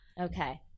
Okay